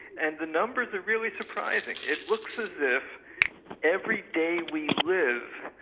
and the numbers are really surprising. it looks as if every day we live,